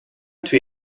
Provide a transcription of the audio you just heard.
توی